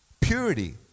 purity